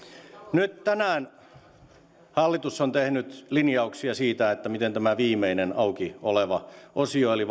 nyt tänään hallitus on tehnyt linjauksia siitä miten tämän viimeisen auki olevan osion eli